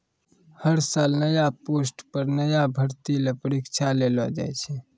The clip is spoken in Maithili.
हर साल नया पोस्ट पर नया भर्ती ल परीक्षा लेलो जाय छै